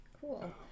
Cool